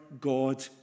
God